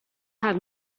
have